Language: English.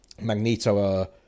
Magneto